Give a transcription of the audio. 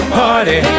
party